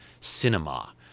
cinema